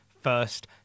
first